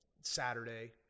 Saturday